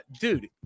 dude